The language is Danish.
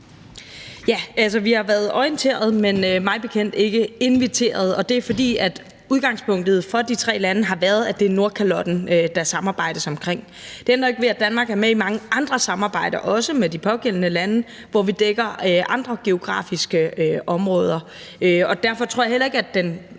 Ja, altså vi har været orienteret, men mig bekendt ikke inviteret, og det er, fordi udgangspunktet for de tre lande har været Nordkalotten, som der samarbejdes omkring. Det ændrer ikke ved, at Danmark er med i mange andre samarbejder, også med de pågældende lande, hvor vi dækker andre geografiske områder. Og derfor tror jeg heller ikke, at den